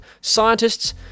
Scientists